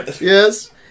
Yes